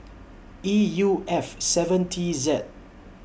E U F seven T Z